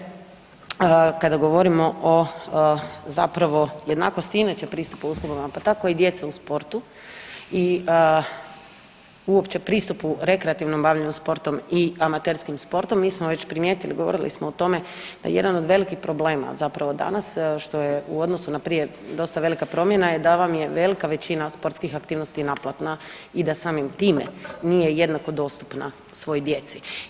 Poštovana kolegice kada govorimo o zapravo jednakosti inače pristup osobama, pa tako i djece u sportu i uopće pristupu rekreativnim bavljenjem sportom i amaterskim sportom mi smo već primijetili, govorili smo o tome da je jedan od velikih problema zapravo danas što je u odnosu na prije dosta velika promjena je da vam je velika većina sportskih aktivnosti naplatna i da samim time nije jednako dostupna svoj djeci.